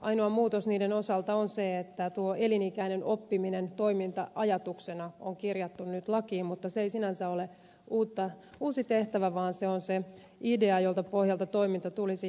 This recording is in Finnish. ainoa muutos niiden osalta on se että tuo elinikäinen oppiminen toiminta ajatuksena on kirjattu nyt lakiin mutta se ei sinänsä ole uusi tehtävä vaan se on se idea jolta pohjalta toiminta tulisi suunnitella